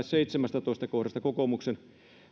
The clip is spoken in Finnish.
seitsemännestätoista kohdasta kokoomuksen